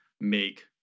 make